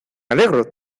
alegro